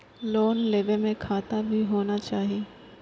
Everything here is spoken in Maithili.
लोन लेबे में खाता भी होना चाहि?